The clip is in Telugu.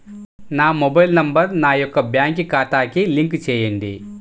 నా మొబైల్ నంబర్ నా యొక్క బ్యాంక్ ఖాతాకి లింక్ చేయండీ?